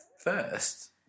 first